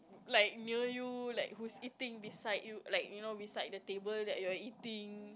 like near you like who's eating beside you like you know beside the table that you're eating